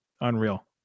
Unreal